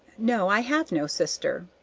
no, i have no sister.